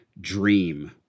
Dream